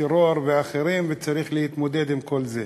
טרור ואחרים, וצריך להתמודד עם כל זה.